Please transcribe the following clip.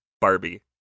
Barbie